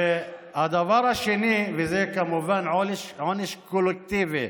הדבר השני הוא, כמובן, עונש קולקטיבי,